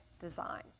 design